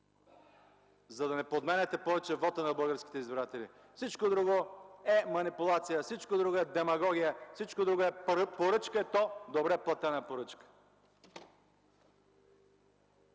за да не подменяте повече вота на българските избиратели! Всичко друго е манипулация! Всичко друго е демагогия! Всичко друго е поръчка, и то добре платена поръчка!